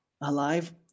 alive